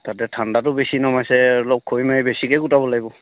তাতে ঠাণ্ডাটো বেছি নমাইছে অলপ খৰি মাৰি বেছিকৈ গোটাব লাগিব